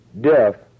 death